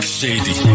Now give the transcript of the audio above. shady